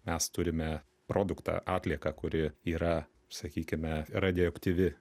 mes turime produktą atlieką kuri yra sakykime radioaktyvi